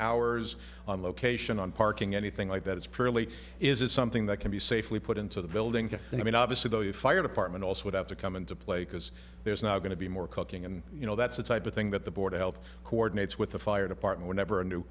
hours on location on parking anything like that it's purely is it something that can be safely put into the building i mean obviously though you fire department also would have to come into play because there's not going to be more cooking and you know that's the type of thing that the board of health coordinates with the fire department whenever a new